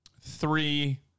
three